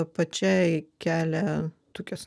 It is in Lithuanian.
pačiai kelia tokias